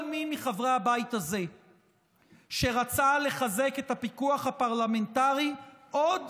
כל מי מחברי הבית הזה שרצה לחזק את הפיקוח הפרלמנטרי עוד